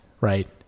Right